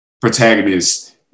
protagonist